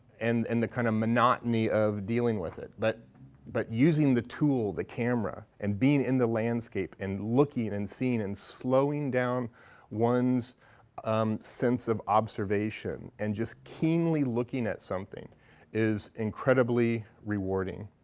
and and the kind of monotony of dealing with it. but but using the tool, the camera, and being in the landscape and looking and seeing and slowing down one's um sense of observation and just keenly looking at something is incredibly rewarding.